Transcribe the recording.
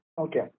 Okay